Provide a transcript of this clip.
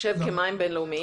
ייחשב כמים בינלאומיים.